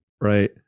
right